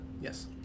Yes